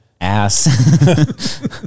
ass